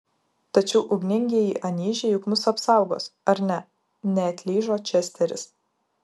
tačiau ugningieji anyžiai juk mus apsaugos ar ne neatlyžo česteris